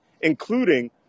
including